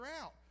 out